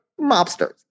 mobsters